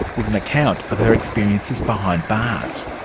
is an account of her experiences behind bars.